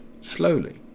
slowly